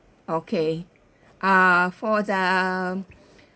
okay uh for the